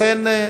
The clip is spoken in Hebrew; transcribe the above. לכן,